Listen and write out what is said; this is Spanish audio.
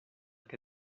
que